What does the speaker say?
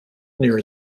near